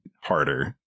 harder